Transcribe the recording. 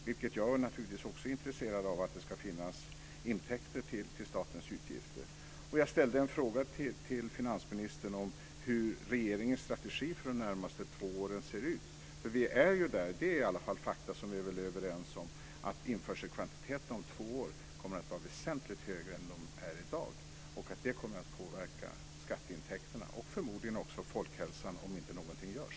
Också jag är naturligtvis intresserad av att det ska finnas intäkter, så att vi kan betala statens utgifter. Jag ställde en fråga till finansministern hur regeringens strategi för de närmaste två åren ser ut. Vi är väl ändå överens om det faktum att införselkvantiteterna om två år kommer att vara väsentligt högre än vad de är i dag och att det kommer att påverka skatteintäkterna och förmodligen också folkhälsan, om inte någonting görs.